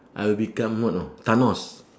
I'll become what know thanos